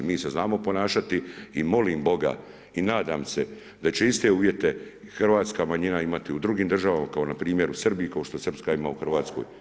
Mi se znamo ponašati i molim Boga i nadam se da će iste uvjete hrvatska manjina imati u drugim državama kao na primjer u Srbiji kao što srpska ima u Hrvatskoj.